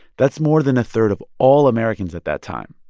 that's more than a third of all americans at that time.